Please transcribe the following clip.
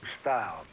Style